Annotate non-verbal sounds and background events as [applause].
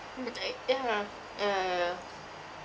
[noise] ya ya ya ya